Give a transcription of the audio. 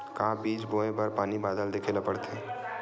का बीज बोय बर पानी बादल देखेला पड़थे?